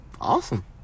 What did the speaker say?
Awesome